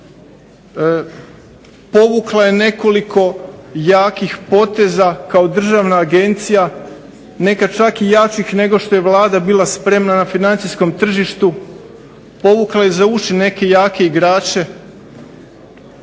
Povukla je nekoliko jakih poteza kao državna agencija, nekada čak i jačih nego što je Vlada bila spremna na financijskom tržištu povukla je za uši neke jake igrače